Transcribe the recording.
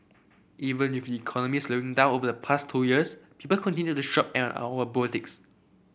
even with the economy slowing down over the past two years people continued to shop at our boutiques